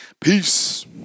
Peace